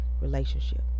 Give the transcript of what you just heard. relationship